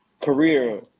Career